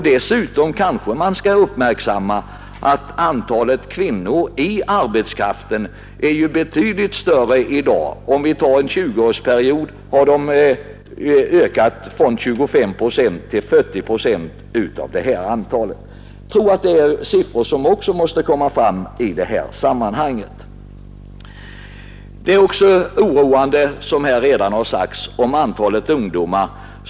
Det kan nämnas att antalet kvinnor i arbetslivet är betydligt större i dag än tidigare. Under en 20-årsperiod har en ökning skett från 25 procent till 40 procent. Sådana siffror borde också komma fram. Också den ökande ungdomsarbetslösheten är oroande, som redan har framhållits här.